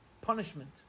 punishment